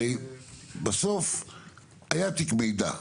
הרי בסוף היה תיק מידע,